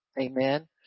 Amen